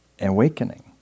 awakening